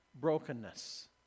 brokenness